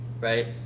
right